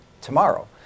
tomorrow